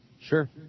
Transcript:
sure